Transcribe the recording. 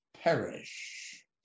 perish